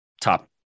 top